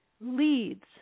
leads